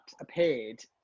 appeared